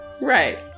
Right